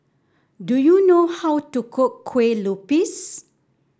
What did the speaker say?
do you know how to cook Kueh Lupis